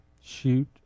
shoot